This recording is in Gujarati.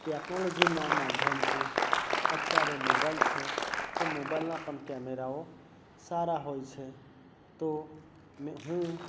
ટેકનોલોજીનાં માધ્યમથી અત્યારે મોબાઈલ છે તો મોબાઇલના પણ કેમેરાઓ સારા હોય છે તો મેં હું